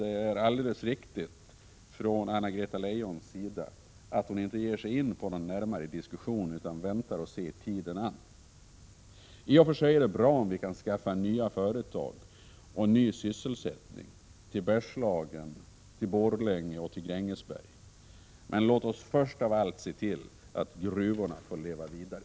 Det är alldeles riktigt att Anna-Greta Leijon inte ger sig in på någon närmare diskussion utan väntar och ser tiden an. I och för sig är det bra om vi kan skaffa nya företag och ny sysselsättning till Bergslagen, Borlänge och Grängesberg, men låt oss först av allt se till att gruvorna får leva vidare.